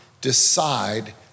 decide